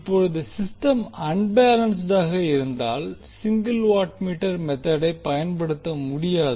இப்போது சிஸ்டம் அன்பேலன்ஸ்ட்டாக இருந்தால் சிங்கிள் வாட்மீட்டர் மெத்தெட் ஐ பயன்படுத்த முடியாது